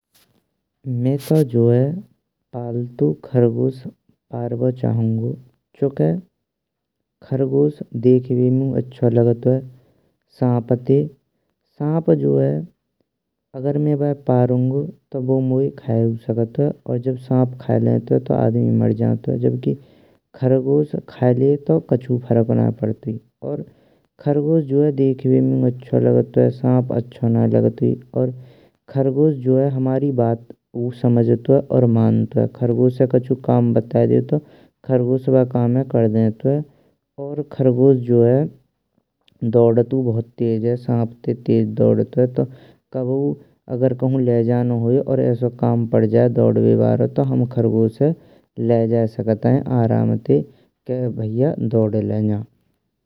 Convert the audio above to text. मैं तो जो है पालतू खरगोश परर‍बो चाहुंगो। क्यूंकि खरगोश देखबे म़ेयू अच्छो लागतुये साँपते साँप जो जाई अगर मैं बाय परुंगो। तो बु मोये खायउ सकतुये और जब साँप खायेलेतयु तो आदमी मरजातुये जबकि खरगोश खायेलये तो कछु फरक नाईये पडतुई। और खरगोश जोये देखबेम़ेयू अच्छो लागतुये साँप अच्छो नये लागतुयी और खरगोश जो है हमरी बात समझतुये। और मंतुये खरगोशे कछु काम बातेएदो तो खरगोश बा कामे कर देइन्तुये और खरगोश जो है धौडतु बहूत तेज है साँप तै तेज दौड़तउए। तो कबौ कहु ले जानो होये तो हम खरगोशे ले जाए सकतें आराम तै के भैया धौडले आराम तै न्जा।